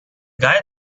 guy